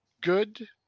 good